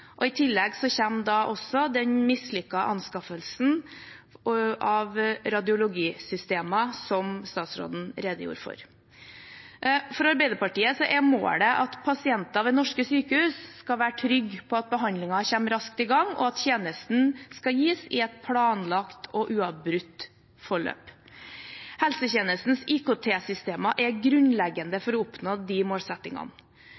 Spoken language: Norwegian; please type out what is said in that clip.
også den mislykkede anskaffelsen av radiologisystemer som statsråden redegjorde for. For Arbeiderpartiet er målet at pasienter ved norske sykehus skal være trygge på at behandlingen kommer raskt i gang, og at tjenesten skal gis i et planlagt og uavbrutt forløp. Helsetjenestens IKT-systemer er